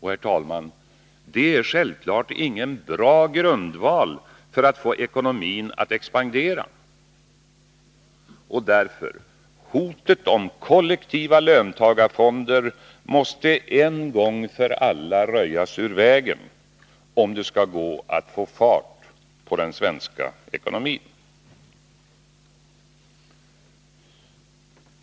Herr talman! Detta är självfallet ingen bra grundval för att få ekonomin att expandera. Därför måste hotet om kollektiva löntagarfonder en gång för alla röjas ur vägen, om det skall gå att få fart på den svenska ekonomin.